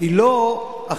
היא לא אכיפה